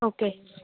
okay